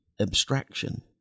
abstraction